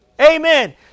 amen